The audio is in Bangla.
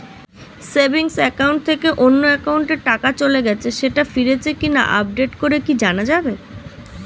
সেভিংস একাউন্ট থেকে অন্য একাউন্টে টাকা চলে গেছে সেটা ফিরেছে কিনা আপডেট করে কি জানা যাবে?